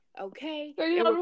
okay